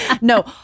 No